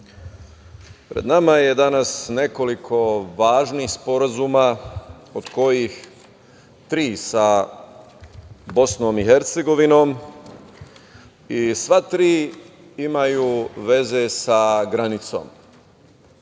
pred nama je danas nekoliko važnih sporazuma od kojih tri sa BiH i sva tri imaju veze sa granicom. Na